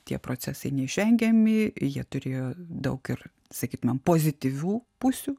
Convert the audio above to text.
tie procesai neišvengiami jie turėjo daug ir sakytumėm pozityvių pusių